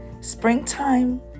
springtime